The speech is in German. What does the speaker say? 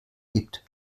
gibt